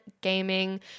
gaming